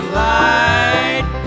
light